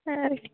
ಹಾಂ ರೀ